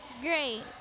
Great